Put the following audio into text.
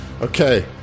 Okay